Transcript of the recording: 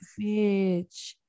Bitch